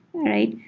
right?